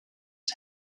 him